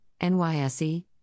NYSE